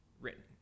written